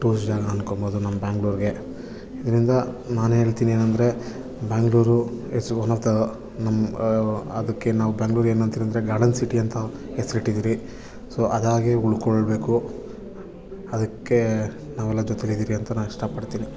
tourist ಜಾಗ ಅನ್ಕೋಬೋದು ನಮ್ಮ ಬ್ಯಾಂಗ್ಳೂರಿಗೆ ಇದರಿಂದ ನಾನು ಹೇಳ್ತೀನಿ ಏನಂದರೆ Bangalore is one of the ನಮ್ಮ ಅದಕ್ಕೆ ನಾವು ಬ್ಯಾಂಗ್ಳೂರಿಗೆ ಏನು ಅಂದರೆ ಗಾರ್ಡನ್ ಸಿಟಿ ಅಂತ ಹೆಸ್ರು ಇಟ್ಟಿದ್ದೀರಿ ಸೊ ಅದಾಗೇ ಉಳ್ಕೊಳ್ಬೇಕು ಅದಕ್ಕೆ ನಾವೆಲ್ಲ ಜೊತೇಲಿದೀರಿ ಅಂತ ನಾನು ಇಷ್ಟಪಡ್ತೀನಿ